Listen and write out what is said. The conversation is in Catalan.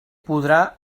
podrà